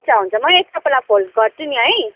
हुन्छ हुन्छ मैले तपाईँलाई फोन गर्छु नि है